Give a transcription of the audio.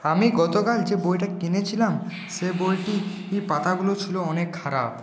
আমি গতকাল যে বইটা কিনেছিলাম সে বইটির পাতাগুলো ছিল অনেক খারাপ